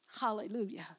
Hallelujah